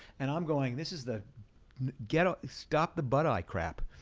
and i'm going this is the ghetto, stop the but i crap.